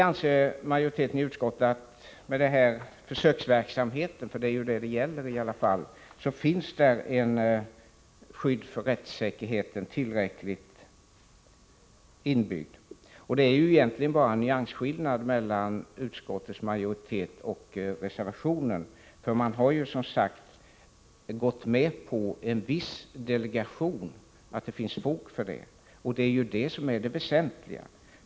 Utskottsmajoriteten anser att det i denna försöksverksamhet finns inbyggt ett tillräckligt rättssäkerhetsskydd. Egentligen är det bara nyansskillnader mellan utskottsmajoritetens förslag och reservanternas. De har ju båda sagt att det finns fog för en viss delegation, och det är det väsentliga.